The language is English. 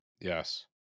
Yes